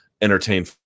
entertain